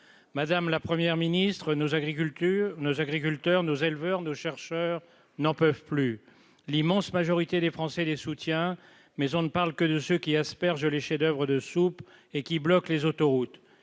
madame la première ministre nos agricultures nos agriculteurs, nos éleveurs nos chercheurs n'en peuvent plus, l'immense majorité des Français, des soutiens, mais on ne parle que de ce qui asperge les chefs-d'oeuvre de soupe et qui bloquent les autoroutes,